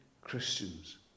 Christians